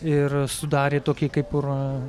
ir sudarė tokį kaip ir